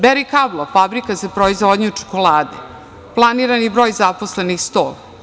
Beri Kalebo“ fabrika za proizvodnju čokolade, planirani broj zaposlenih 100.